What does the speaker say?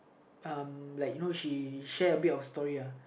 uh like you know she share a bit of story uh